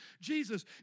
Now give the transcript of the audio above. Jesus